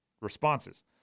responses